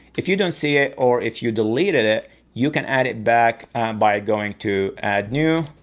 if you don't see it, or if you deleted it you can add it back by going to add new,